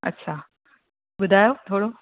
अच्छा ॿुधायो थोरो